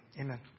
Amen